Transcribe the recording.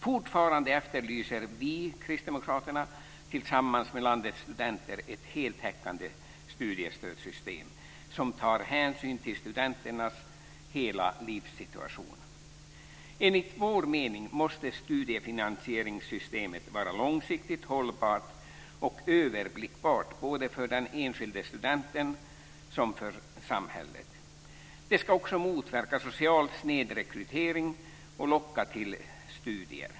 Fortfarande efterlyser vi kristdemokrater tillsammans men landets studenter ett heltäckande studiestödssystem som tar hänsyn till studenternas hela livssituation. Enligt vår mening måste studiefinansieringssystemet vara långsiktigt, hållbart och överblickbart både för den enskilde studenten och för samhället. Det ska också motverka social snedrekrytering och locka till studier.